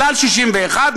"כלל" 61%,